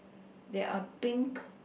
there are pink